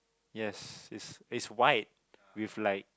yes it's it's white with like